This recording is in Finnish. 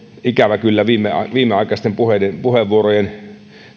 ikävä kyllä viimeaikaisten puheenvuorojen